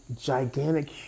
gigantic